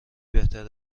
بهتر